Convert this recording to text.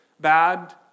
bad